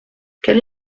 quelle